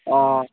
অ